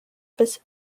bis